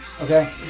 okay